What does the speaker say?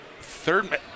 Third